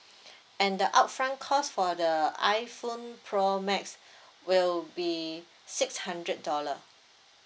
and the upfront cost for the iphone pro max will be six hundred dollar